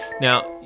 Now